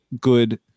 good